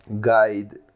guide